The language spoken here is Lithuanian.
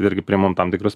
irgi priimam tam tikrus